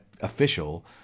official